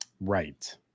Right